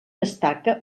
destaca